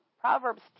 Proverbs